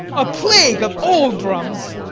a plague of all drums!